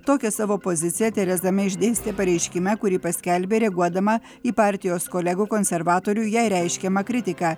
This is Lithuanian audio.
tokią savo poziciją tereza mei išdėstė pareiškime kurį paskelbė reaguodama į partijos kolegų konservatorių jai reiškiamą kritiką